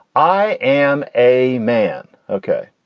i am a man, ok?